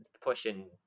pushing